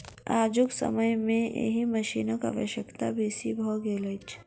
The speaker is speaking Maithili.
आजुक समय मे एहि मशीनक आवश्यकता बेसी भ गेल अछि